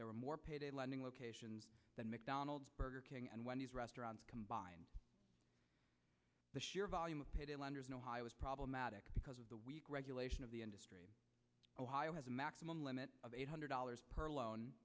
there were more payday lending locations than mcdonald's burger king and wendy's restaurant combined the sheer volume of payday lenders in ohio was problematic because of the weak regulation of the industry ohio has a maximum limit of eight hundred dollars per lo